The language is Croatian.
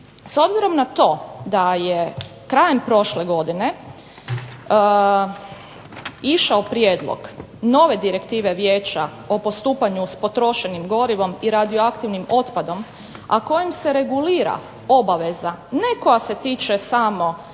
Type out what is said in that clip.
S obzirom na to da je krajem prošle godine išao prijedlog nove direktive Vijeća o postupanju s potrošnim gorivom i radioaktivnim otpadom, a kojim se regulira obaveza ne koja se tiče samo